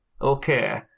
Okay